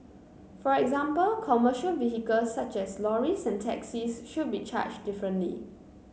for example commercial vehicles such as lorries and taxis should be charged differently